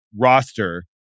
roster